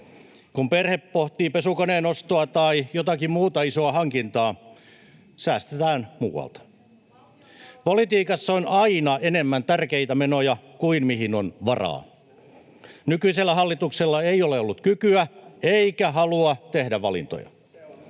Kun perhe pohtii pesukoneen ostoa tai jotakin muuta isoa hankintaa, säästetään muualta. [Veronika Honkasalon välihuuto] Politiikassa on aina enemmän tärkeitä menoja kuin mihin on varaa. Nykyisellä hallituksella ei ole ollut kykyä eikä halua tehdä valintoja.